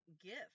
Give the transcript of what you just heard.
gift